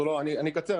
אני אקצר.